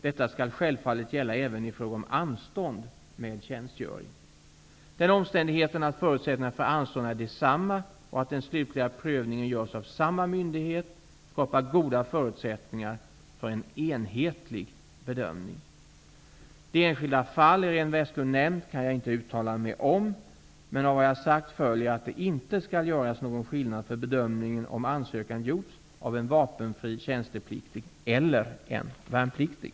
Detta skall självfallet gälla även i fråga om anstånd med tjänstgöring. Den omständigheten att förutsättningarna för anstånd är desamma och att den slutliga prövningen görs av samma myndighet skapar goda förutsättningar för en enhetlig bedömning. De enskilda fall som Iréne Vestlund nämnt kan jag inte uttala mig om, men av vad jag har sagt följer att det inte skall göras någon skillnad för bedömningen om ansökan gjorts av en vapenfri tjänstepliktig eller en värnpliktig.